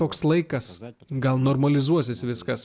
toks laikas na gal normalizuosis viskas